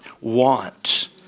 want